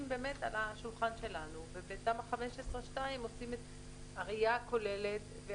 על השולחן שלנו ובתמ"א 15(2) עושים את הראייה הכוללת.